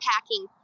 packing